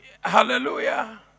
Hallelujah